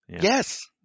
Yes